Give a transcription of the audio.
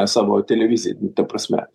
savo televizijai ta prasme